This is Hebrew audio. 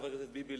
חבר הכנסת ביבי,